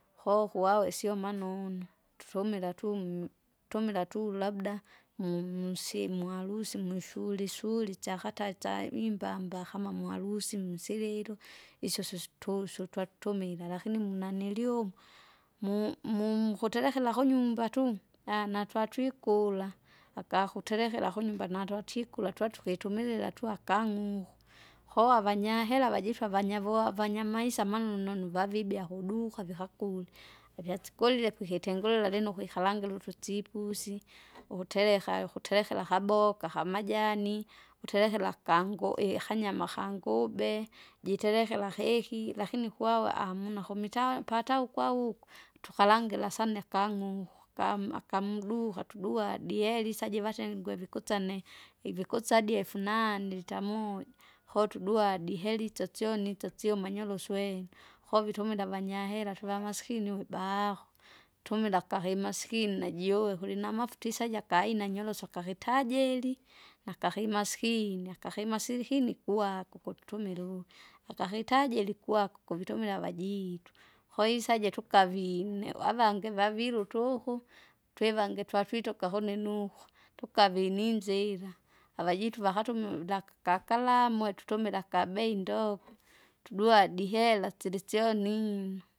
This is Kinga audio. Koo kuwawe sio manunu, tutumila tumnu- tumila tu labda, mumusimwa mwalusi mwishuli shuli isyakata itsaimbamba kama mwarusi musililo, isyo syosu tuswe twatumila lakini munaninili umwa, mu- munkuterekera kunyumba tuu! aaha natwatwikula, akakuterekera kunyumba natwatikula twatukitumilila twa akang'uhu. Koo avanyahera vajitu avanyavoa vanyamaisa manonu nanuvavibia kuduka vikakule ivyasikolile kuhitengulila lino kwikarangire utuchipusi, ukutereka ukuterekera kaboka kamajani, uterekera akangu ihanyama kangube, jiterekera hehi lakini kwawa amuna kumita pataukwa ukwa. Tukalangire sana ifang'uku pamu akamduha tuduha dielisa jivatengwe vikusana, ivikusa adi efunane lita moja kotuduadie heritsa tsyoni isyosyumanya uluswena. Kovitumila vanyahera tuvamasikini uvibaho, tumila akahimasikini najuwe kulinamafuta isaja akaina nyorosa akakitajeri, nakakimasikini akamasilikini kuwako ukutumila uvu akahitaji ilikwako kuvitumila avajiitu. Koo isaje tukavine, avangi vavilwe utuku, twivangi twatwituka hune nuhu, tukavi ninzira, avajitu vakatume laki- kakalamwe tutumila akabei ndogo, tudwadi ihela tsilisyoninu.